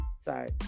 sorry